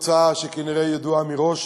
בתוצאה שכנראה היא ידועה מראש,